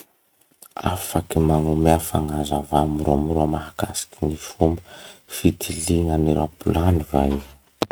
Afaky magnome fanazavà moramora mahakasiky gny fomba fitilignan'ny ropilany va iha?